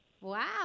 Wow